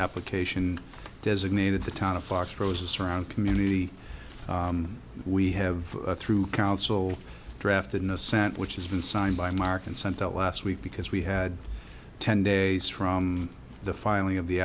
application designated the town of fox roses around community we have through council drafted an ascent which has been signed by mark and sent out last week because we had ten days from the filing of the